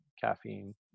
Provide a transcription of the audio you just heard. caffeine